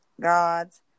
gods